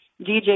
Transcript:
DJ